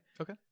Okay